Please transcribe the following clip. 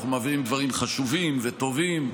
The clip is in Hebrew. אנחנו מביאים דברים חשובים וטובים,